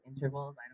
intervals